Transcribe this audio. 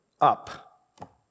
up